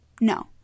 No